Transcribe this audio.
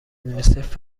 یونیسف